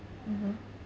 mmhmm